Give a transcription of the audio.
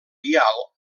vial